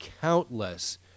countless